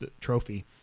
trophy